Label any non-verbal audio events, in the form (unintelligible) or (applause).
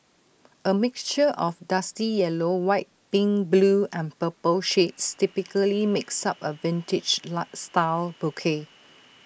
A mixture of dusty yellow white pink blue and purple shades typically makes up A vintage (unintelligible) style bouquet